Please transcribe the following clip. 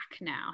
now